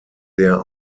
der